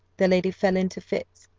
the lady fell into fits,